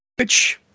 bitch